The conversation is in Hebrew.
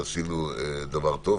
ועשינו דבר טוב,